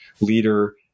leader